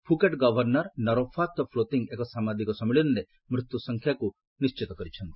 Phuket governor Norraphat Plodthong ଏକ ସାମ୍ବାଦିକ ସମ୍ମିଳନୀରେ ମୃତ୍ୟୁସଂଖ୍ୟାକୁ ନିଶ୍ଚିତ କରିଛନ୍ତି